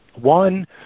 One